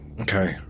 okay